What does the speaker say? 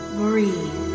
breathe